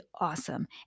awesome